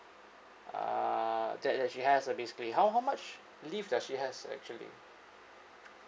uh that that she has uh basically how how much leave that she has actually